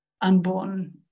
unborn